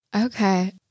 okay